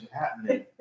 happening